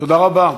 תודה רבה.